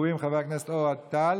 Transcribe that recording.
לספר החוקים.